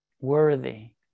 worthy